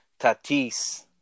Tatis